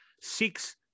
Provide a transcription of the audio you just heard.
six